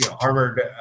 armored